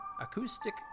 acoustic